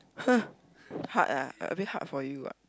hard ah like a bit hard for you ah